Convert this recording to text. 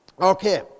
Okay